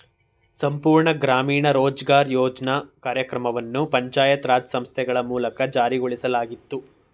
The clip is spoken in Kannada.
ಸಂಪೂರ್ಣ ಗ್ರಾಮೀಣ ರೋಜ್ಗಾರ್ ಯೋಜ್ನ ಕಾರ್ಯಕ್ರಮವನ್ನು ಪಂಚಾಯತ್ ರಾಜ್ ಸಂಸ್ಥೆಗಳ ಮೂಲಕ ಜಾರಿಗೊಳಿಸಲಾಗಿತ್ತು